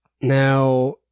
Now